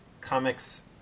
comics